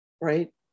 right